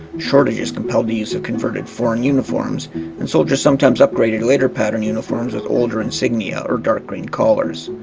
shortages compelled the use of converted foreign uniforms and soldiers sometimes upgraded later pattern uniforms with older insignia or dark green collars.